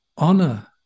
Honor